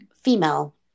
female